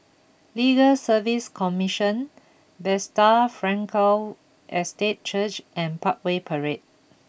Legal Service Commission Bethesda Frankel Estate Church and Parkway Parade